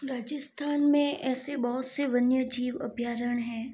राजस्थान में ऐसे बहोत से वन्य जीव अभ्यारण हैं